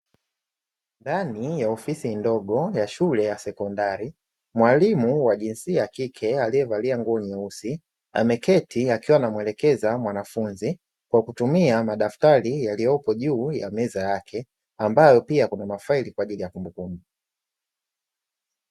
Ndani ya ofisi ndogo ya shule ya sekondari. Mwalimu wa jinsia ya kike aliyevalia nguo nyeusi, ameketi akiwa akamuelezea mwanafunzi kwa kutumia madaftari yaliyopo juu ya meza yake, ambayo pia kuna mafaili kwa ajili ya kumbukumbu.